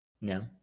No